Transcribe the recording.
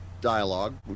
dialogue